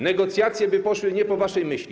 Negocjacje by poszły nie po waszej myśli.